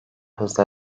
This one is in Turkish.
hızla